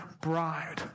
bride